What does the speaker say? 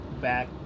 back